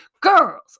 girls